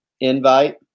invite